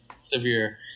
severe